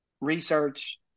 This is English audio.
research